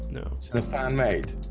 no, it's and a fan mate